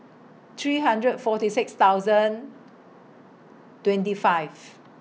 three hundred forty six thousand twenty five